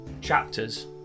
Chapters